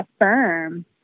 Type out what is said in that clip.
affirm